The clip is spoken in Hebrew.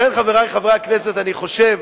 לכן, חברי חברי הכנסת, אני חושב